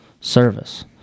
service